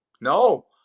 No